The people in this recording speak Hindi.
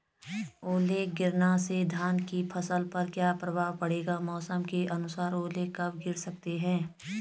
ओले गिरना से धान की फसल पर क्या प्रभाव पड़ेगा मौसम के अनुसार ओले कब गिर सकते हैं?